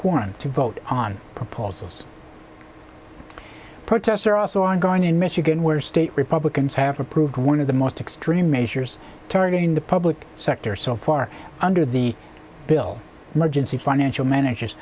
quorum to vote on proposals protests are also ongoing in michigan where state republicans have approved one of the most extreme measures targeting the public sector so far under the bill emergency financial managers